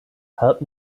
help